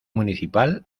municipal